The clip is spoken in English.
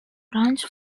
branch